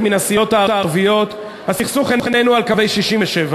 מן הסיעות הערביות הסכסוך איננו על קווי 67',